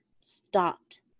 stopped